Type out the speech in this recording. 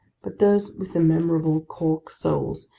but those with the memorable cork soles,